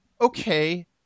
Okay